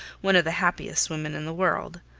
one of the happiest women in the world.